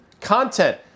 content